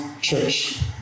church